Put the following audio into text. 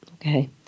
Okay